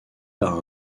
par